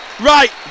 right